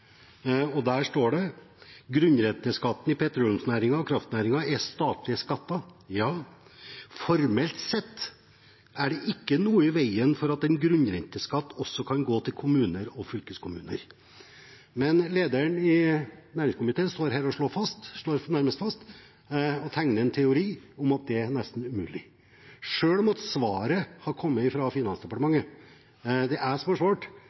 svarene Der står det at grunnrenteskatten i petroleumsnæringen og kraftnæringen er statlige skatter. Formelt sett er det ikke noe i veien for at en grunnrenteskatt også kan gå til kommuner og fylkeskommuner. Men lederen i næringskomiteen står her og slår nærmest fast, og tegner en teori om, at det nesten er umulig selv om svaret har kommet fra Finansdepartementet. Det er jeg som har svart,